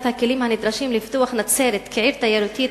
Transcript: הכלים הנדרשים לפיתוח נצרת כעיר תיירותית,